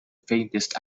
faintest